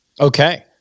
Okay